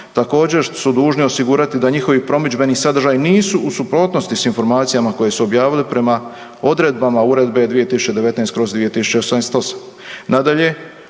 također su dužni osigurati da njihovi promidžbeni sadržaji nisu u suprotnosti s informacijama koje su objavili prema odredbama Uredbe 2019/2088.